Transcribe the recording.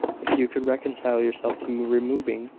if you could reconcile yourself to removing,